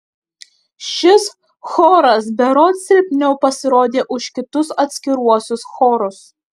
šis choras berods silpniau pasirodė už kitus atskiruosius chorus